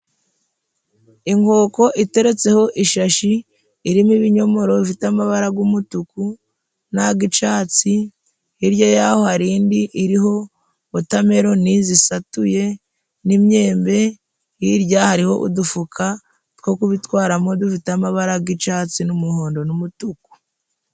Inkoko iteretseho ishashi irimo ibinyomoro bifite amabara g'umutuku n'ag'icatsi, hirya y'aho hari indi iriho wotameloni zisatuye n'imyembe. Hirya hariho udufuka two kubitwaramo dufite amabara g'icatsi n'umuhondo n'umutuku.